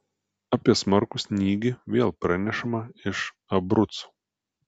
apie smarkų snygį vėl pranešama iš abrucų